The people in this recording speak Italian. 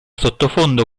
sottofondo